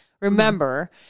Remember